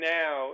now